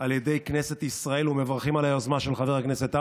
על ידי כנסת ישראל ומברכים על היוזמה של חבר הכנסת האוזר.